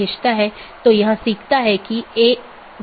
दूसरे अर्थ में यह ट्रैफिक AS पर एक लोड है